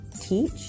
teach